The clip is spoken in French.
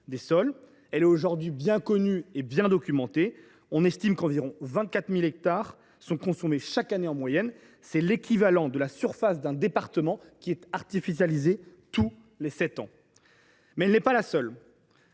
des sols. Elle est aujourd’hui bien connue et documentée : on estime qu’environ 24 000 hectares sont consommés chaque année en moyenne, soit l’équivalent de la surface d’un département tous les sept ans ! Mais elle n’est pas la seule